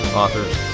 authors